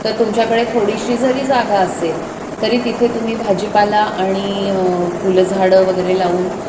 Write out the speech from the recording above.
तर तुमच्याकडे थोडीशी जरी जागा असेल तरी तिथे तुम्ही भाजीपाला आणि फुलंझाडं वगैरे लावून